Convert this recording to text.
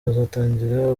bazatangira